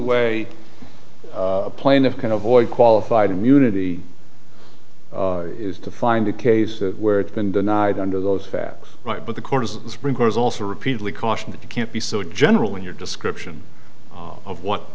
way a plaintiff can avoid qualified immunity is to find a case where it's been denied under those facts right but the court of sprinklers also repeatedly caution that you can't be so general in your description of